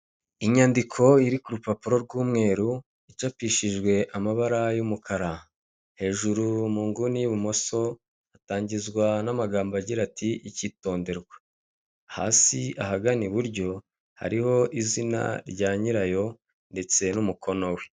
Inyandiko iri kurupapuro rw'umweru, icapishijwe amabara y'umukara. Hejuru mu nguni y'ibumoso, hatangizwa n'amagambo agira ati "icyitonderwa". Hasi ahagana iburyo, hariho izina rya nyirayo ndetse n'umukono we.